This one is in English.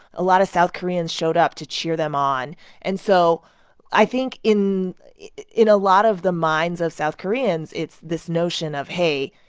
a lot of south koreans showed up to cheer them on and so i think in in a lot of the minds of south koreans, it's this notion of hey,